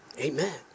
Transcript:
Amen